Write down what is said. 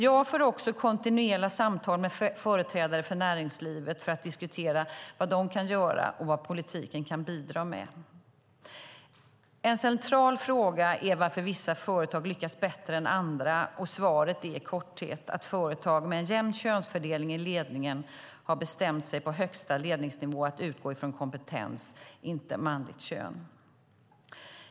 Jag för kontinuerliga samtal med företrädare för näringslivet för att diskutera vad näringslivet kan göra, och vad politiken kan bidra med. En central fråga är varför vissa företag lyckas bättre än andra, och svaret är i korthet att företag med en jämn könsfördelning i ledningen har bestämt sig på högsta ledningsnivå att utgå från kompetens, inte manligt kön.